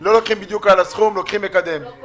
לא לוקחים בדיוק על הסכום אלא לוקחים מקדם.